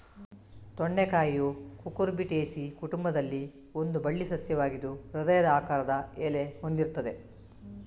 ತೊಂಡೆಕಾಯಿಯು Cucurbitaceae ಕುಟುಂಬದಲ್ಲಿ ಒಂದು ಬಳ್ಳಿ ಸಸ್ಯವಾಗಿದ್ದು ಹೃದಯದ ಆಕಾರದ ಎಲೆ ಹೊಂದಿರ್ತದೆ